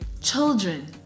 children